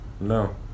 No